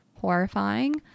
horrifying